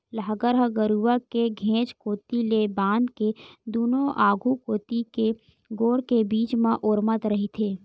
लांहगर ह गरूवा के घेंच कोती ले बांध के दूनों आघू कोती के गोड़ के बीच म ओरमत रहिथे